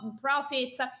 profits